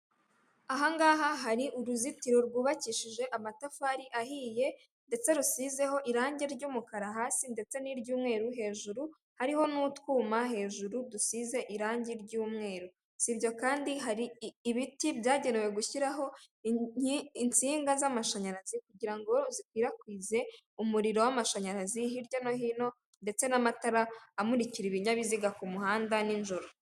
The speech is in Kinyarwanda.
Ahangaha hari uruzitiro rwubakishije amatafari ahiye ndetse rushizeho irangi ry'umukara hasi ndetse n'iy'yumweru hejuru hariho n'utwuma hejuru dusize irangi ry'umweru, si ibyo kandi hari ibiti byagenewe gushyiraho insinga z'amashanyarazi kugira ngo zikwirakwize umuriro w'amashanyarazi hirya no hino ndetse n'amatara amurikira ibinyabiziga ku muhanda n'ijoro.